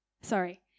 sorry